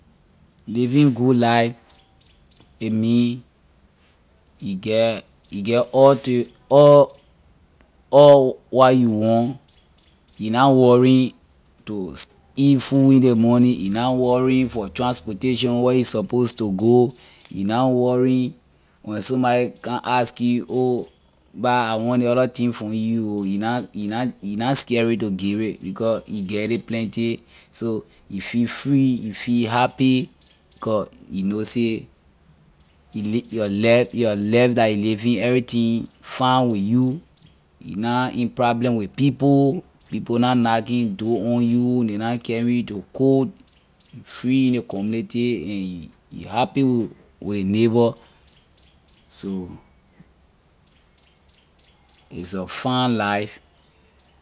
Living good life a mean you get you get all to all what you want you na worrying to eat food in ley morning you na worrying for transportation where you supposed to go you na worrying when somebody come ask you oh bah I want ley other thing from you ho you na you na you na scary to give it because you get ley plenty so you feel free you feel happy cuz you know say you li- your life your life la you living everything fine with you you na in problem with people people na knacking door on you ley na carrying you to court free in ley community and you happy with with ley neighbor so is a fine life.